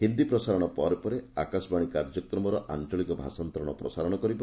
ହିନ୍ଦୀ ପ୍ରସାରଣ ପରେ ପରେ ଆକାଶବାଣୀ କାର୍ଯ୍ୟକ୍ରମର ଆଞ୍ଚଳିକ ଭାଷାନ୍ତରଣର ପ୍ରସାରଣ କରିବ